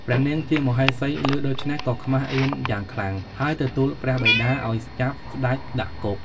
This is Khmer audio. ព្រះនាងជាមហេសីឮដូច្នោះ ក៏ខ្មាសអៀនយ៉ាងខ្លាំង ហើយទៅទូលព្រះបិតាឲ្យចាប់ស្តេចដាក់គុក។